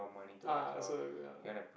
ya so ya